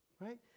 right